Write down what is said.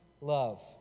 love